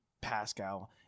Pascal